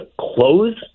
close